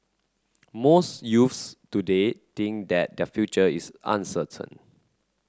most youths today think that their future is uncertain